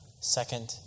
second